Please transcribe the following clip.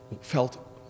felt